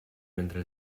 mentre